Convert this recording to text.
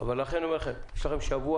ולכן אני אומר לכם, יש לכם שבוע.